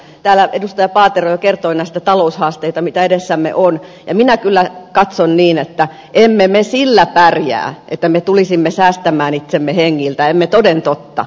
täällä edustaja paatero jo kertoi näistä taloushaasteista joita edessämme on ja minä kyllä katson niin että emme me sillä pärjää että me tulisimme säästämään itsemme hengiltä emme toden totta